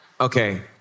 Okay